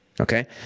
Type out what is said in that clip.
Okay